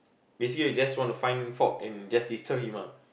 basically you just want to find fault and just disturb him ah